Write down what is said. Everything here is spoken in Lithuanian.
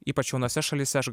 ypač jaunose šalyse